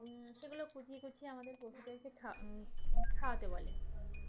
সেগুলো কুচিয়ে কুচিয়ে আমাদের পশুদেরকে খা খাওয়াতে বলে